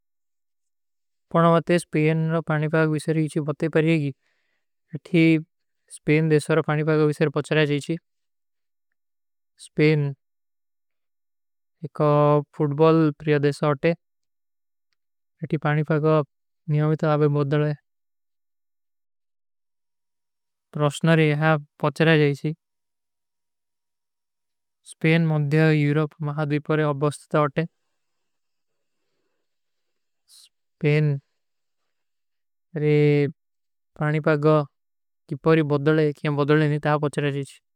ପଣଵାତେ, ସ୍ପେଇନ ରୋ ପାଣିପାଗ ଵିଶର ହୀଚୀ ବତେ ପରେଗୀ। ଅଥୀ ସ୍ପେଇନ ଦେଶାର ରୋ ପାଣିପାଗ ଵିଶର ପଚ୍ଚରା ଜାଯୀଚୀ। ସ୍ପେଇନ ଏକ ଫୂଟବଲ ପ୍ରିଯା ଦେଶା ହୋତେ। ଅଥୀ ପାଣିପାଗ ନିଯାଵିତା ଆବେ ବଦଲେ। ପଣଵାତେ, ସ୍ପେଇନ ରୋ ପାଣିପାଗ ଵିଶର ହୀଚୀ ବତେ ପରେଗୀ। ସ୍ପେଇନ ଦେଶାର ରୋ ପାଣିପାଗ ଵିଶର ପଚ୍ଚରା ଜାଯୀଚୀ। ସ୍ପେଇନ ଦେଶାର ରୋ ପାଣିପାଗ ଵିଶର ପଚ୍ଚରା ଜାଯୀଚୀ।